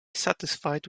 satisfied